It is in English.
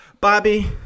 Bobby